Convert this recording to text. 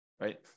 right